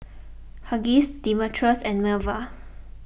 Hughes Demetrius and Melva